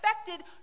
expected